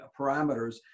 parameters